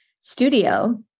studio